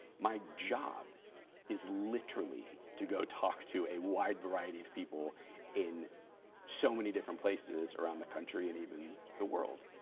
my job is literally to go talk to a wide variety of people in so many different places around the country and even the world.